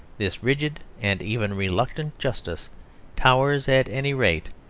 this rigid and even reluctant justice towers, at any rate,